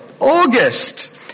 August